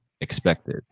expected